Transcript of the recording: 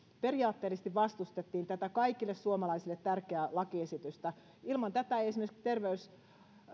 periaatteellisesti vastustettiin tätä kaikille suomalaisille tärkeää lakiesitystä ilman tätä ei esimerkiksi terveysalan